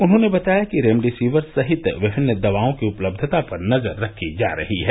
उन्होंने बताया कि रेमडेसिवर सहित विभिन्न दवाओं की उपलब्धता पर नजर रखी जा रही है